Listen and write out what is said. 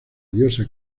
diosa